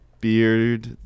beard